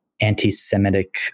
anti-Semitic